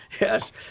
Yes